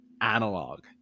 analog